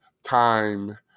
Time